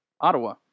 Ottawa